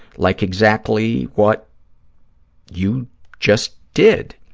like exactly what you just did,